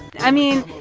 i mean,